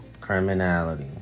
criminality